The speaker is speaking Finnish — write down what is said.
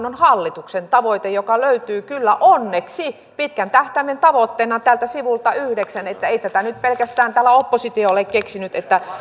on hallituksen tavoite joka löytyy kyllä onneksi pitkän tähtäimen tavoitteena täältä sivulta yhdeksän että ei tätä nyt pelkästään täällä oppositio ole keksinyt että